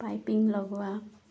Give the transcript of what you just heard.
piping লগোৱা